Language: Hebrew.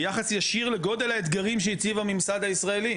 ביחס ישיר לגודל האתגרים שהציב הממסד הישראלי,